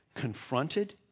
confronted